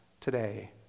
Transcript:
today